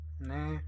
Nah